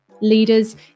leaders